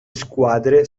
squadre